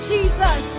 Jesus